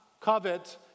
covet